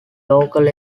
local